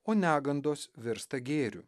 o negandos virsta gėriu